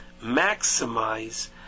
maximize